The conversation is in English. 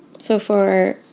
so for